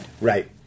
Right